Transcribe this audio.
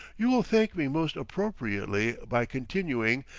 you will thank me most appropriately by continuing,